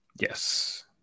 Yes